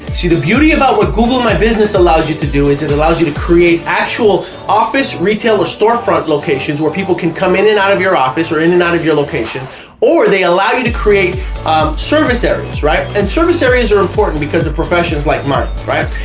the beauty about what google my business allows you to do is it allows you to create actual office retail or storefront locations where people can come in and out of your office or in and out of your location or they allow you to create service areas, right, and service areas are important because of professions like mine, right,